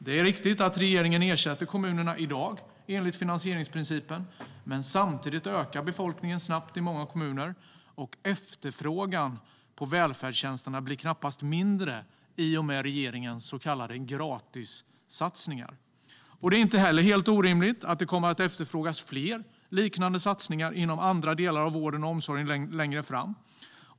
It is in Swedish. Det är riktigt att regeringen ersätter kommunerna enligt finansieringsprincipen. Men befolkningen ökar snabbt i många kommuner, och efterfrågan på välfärdstjänsterna blir knappast mindre i och med regeringens så kallade gratissatsningar. Det är inte heller orimligt att det kommer att efterfrågas fler liknande satsningar inom andra delar av vården och omsorgen längre fram.